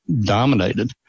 dominated